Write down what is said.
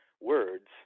words